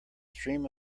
stream